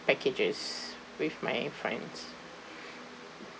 packages with my friends